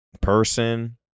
person